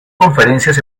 conferencias